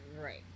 Right